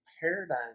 paradigm